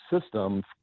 system